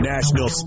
National